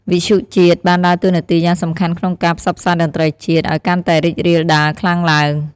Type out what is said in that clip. វិទ្យុជាតិ បានដើរតួនាទីយ៉ាងសំខាន់ក្នុងការ ផ្សព្វផ្សាយតន្ត្រីជាតិ ឲ្យកាន់តែរីករាលដាលខ្លាំងទ្បើង។